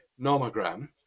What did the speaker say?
nomogram